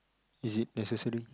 is it necessary